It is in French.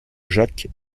jacques